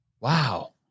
Wow